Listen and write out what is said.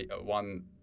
one